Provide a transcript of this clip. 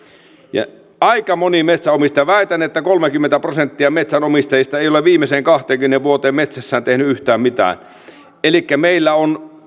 ja aika moni metsänomistaja väitän että kolmekymmentä prosenttia metsänomistajista ei ole viimeiseen kahteenkymmeneen vuoteen metsässään tehnyt yhtään mitään elikkä meillä on